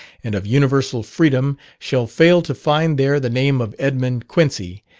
and of universal freedom, shall fail to find there the name of edmund quincy,